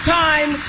time